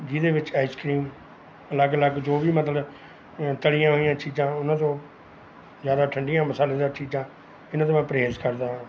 ਜਿਹਦੇ ਵਿੱਚ ਆਈਸਕ੍ਰੀਮ ਅਲੱਗ ਅਲੱਗ ਜੋ ਵੀ ਮਤਲਬ ਅ ਤਲੀਆਂ ਹੋਈਆਂ ਚੀਜ਼ਾਂ ਉਹਨਾਂ ਤੋਂ ਜ਼ਿਆਦਾ ਠੰਡੀਆਂ ਮਸਾਲੇਦਾਰ ਚੀਜ਼ਾਂ ਇਹਨਾਂ ਦਾ ਮੈਂ ਪਰਹੇਜ਼ ਕਰਦਾ ਹਾਂ